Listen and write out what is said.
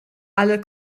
alle